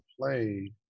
play